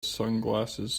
sunglasses